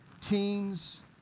teens